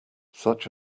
such